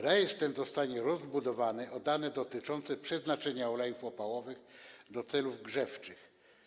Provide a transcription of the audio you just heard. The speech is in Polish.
Rejestr ten zostanie rozbudowany o dane dotyczące przeznaczenia olejów opałowych do celów grzewczych.